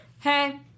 hey